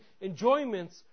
enjoyments